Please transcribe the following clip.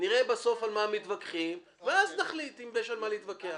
נראה בסוף על מה מתווכחים ואז נחליט אם יש על מה להתווכח.